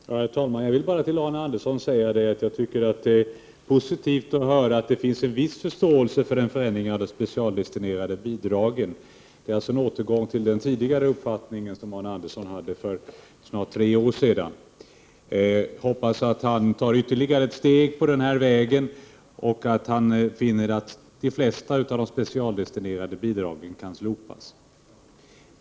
Herr talman! Det är positivt att höra, Arne Andersson i Gamleby, att det finns en viss förståelse hos socialdemokraterna för en förändring av de specialdestinerade bidragen. Det är alltså en återgång till den uppfattning som Arne Andersson hade för snart tre år sedan. Jag hoppas att han tar ytterligare ett steg på denna väg och finner att de flesta av de specialdestinerade bidragen kan slopas.